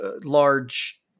large